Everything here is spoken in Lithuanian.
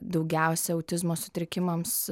daugiausia autizmo sutrikimams